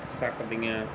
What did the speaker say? ਸਕਦੀਆਂ